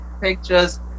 pictures